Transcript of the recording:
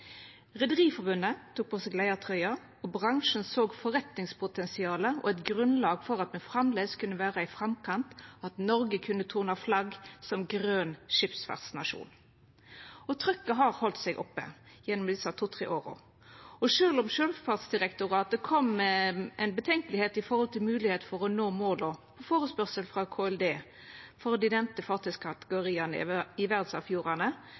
Rederiforbundet tok på seg leiartrøya, og bransjen såg forretningspotensial og eit grunnlag for at Noreg framleis kunne vera i framkant og kunne tona flagg som grøn skipsfartsnasjon. Trykket har halde seg oppe gjennom desse to–tre åra, og sjølv om Sjøfartsdirektoratet i ei utgreiing utarbeidd på førespurnad frå KLD uttrykte skepsis til at det var mogleg å nå måla